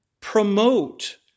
promote